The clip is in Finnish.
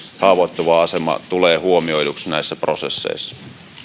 haavoittuva asema tulee huomioiduksi näissä prosesseissa